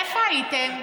איפה הייתם?